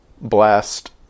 blast